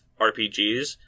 RPGs